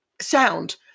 sound